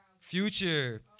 Future